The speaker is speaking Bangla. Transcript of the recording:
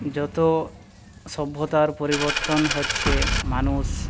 যত সভ্যতার পরিবর্তন হচ্ছে মানুষ